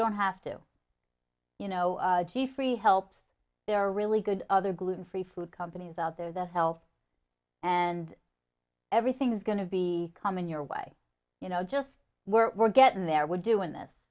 don't have to you know the free help there are really good other gluten free food companies out there that health and everything's going to be coming your way you know just we're we're getting there we're doing this